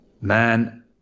man